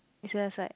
is left side